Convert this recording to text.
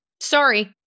Sorry